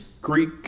Greek